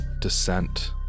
descent